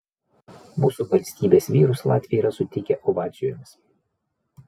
mūsų valstybės vyrus latviai yra sutikę ovacijomis